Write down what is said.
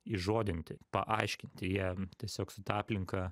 įžodinti paaiškinti jiem tiesiog su ta aplinka